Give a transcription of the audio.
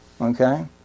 Okay